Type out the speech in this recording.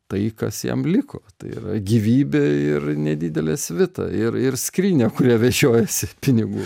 tai kas jam liko tai yra gyvybė ir nedidelė svita ir ir skrynia kurią vežiojosi pinigų